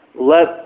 Let